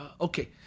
okay